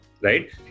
right